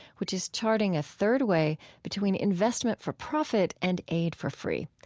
which is charting a third way between investment for profit and aid for free.